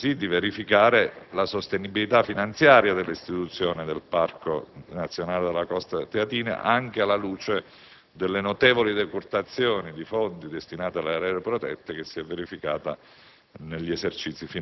altresì, di verificare la sostenibilità finanziaria dell'istituzione del Parco nazionale della Costa teatina, anche alla luce delle notevoli decurtazioni di fondi destinati alle aree protette che si è verificata